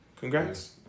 Congrats